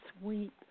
sweet